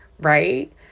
right